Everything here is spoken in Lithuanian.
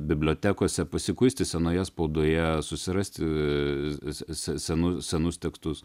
bibliotekose pasikuisti senoje spaudoje susirasti se senus senus tekstus